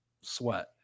sweat